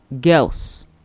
girls